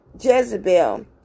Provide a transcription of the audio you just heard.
Jezebel